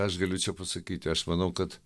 aš galiu čia pasakyti aš manau kad